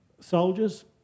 soldiers